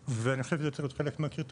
ואני חושב שזה צריך להיות חלק מהקריטריונים,